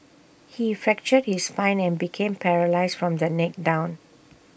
he fractured his spine and became paralysed from the neck down